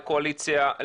לקואליציה,